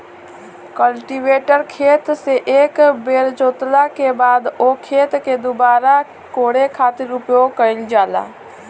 cultivator खेत से एक बेर जोतला के बाद ओ खेत के दुबारा कोड़े खातिर उपयोग कईल जाला